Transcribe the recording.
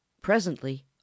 Presently